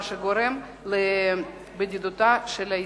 ודווקא זה מה שגורם לבדידותה של ישראל.